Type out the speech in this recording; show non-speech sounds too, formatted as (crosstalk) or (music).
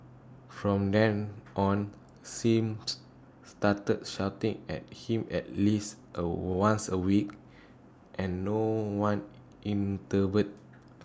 from then on Sim (noise) started shouting at him at least A once A week and no one intervened